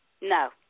No